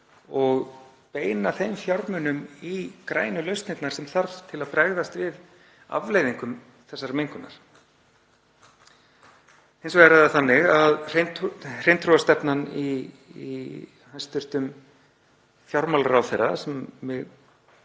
og beina þeim fjármunum í grænu lausnirnar sem þarf til að bregðast við afleiðingum þessarar mengunar. Hins vegar er það þannig að hreintrúarstefna hæstv. fjármálaráðherra, hann var